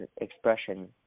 expression